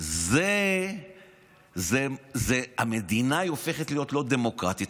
זו המדינה שהופכת להיות לא דמוקרטית.